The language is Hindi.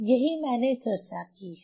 यही मैंने चर्चा की है